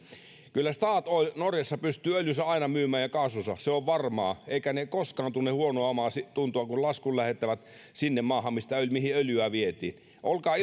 kyllä statoil norjassa pystyy öljynsä ja kaasunsa aina myymään se on varmaa eivätkä ne koskaan tunne huonoa omaatuntoa kun laskun lähettävät sinne maahan mihin öljyä vietiin olkaa